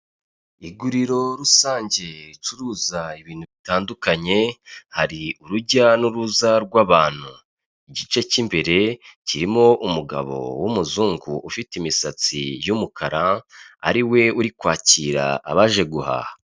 Iguriro rusange ricuruza ibintu bitandukanye, hari urujya n'uruza rw'abantu, igice cy'imbere kirimo umugabo w'umuzungu ufite imisatsi y'umukara, ari we uri kwakira abaje guhaha.